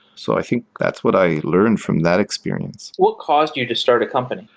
so i think that's what i learned from that experience. what caused you to start a company?